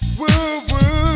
woo-woo